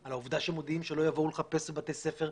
על העבודה שמודיעים שלא יבאו לחפש בבתי ספר,